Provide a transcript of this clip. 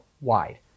wide